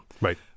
Right